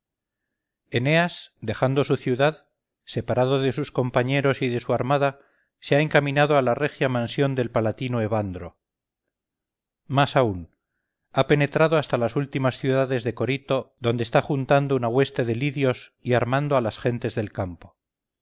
eneas dejando su ciudad separado de sus compañeros y de su armada se ha encaminado a la regia mansión del palatino evandro más aún ha penetrado hasta las últimas ciudades de corito donde está juntando una hueste de lidios y armando a las gentes del campo